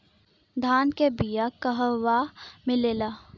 धान के बिया कहवा मिलेला?